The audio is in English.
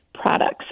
products